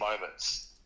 moments